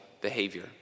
behavior